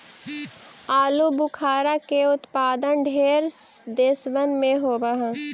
आलूबुखारा के उत्पादन ढेर देशबन में होब हई